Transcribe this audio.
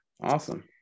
Awesome